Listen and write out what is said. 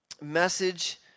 message